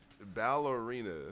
Ballerina